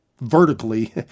vertically